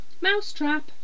Mousetrap